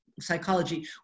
psychology